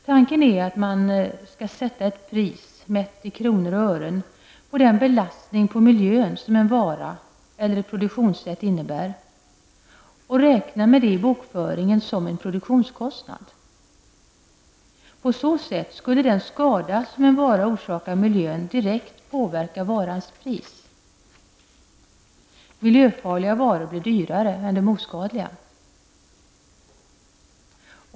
Tanken är att man skall sätta ett pris, mätt i kronor och ören, på den belastning på miljön som en vara eller ett produktionssätt innebär och räkna med det i bokföringen som en produktionskostnad. På så sätt skulle den skada som en vara orsakar miljön direkt påverka varans pris. Miljöfarliga varor blir dyrare än de oskadliga.